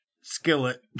skillet